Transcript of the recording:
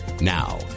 Now